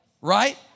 Right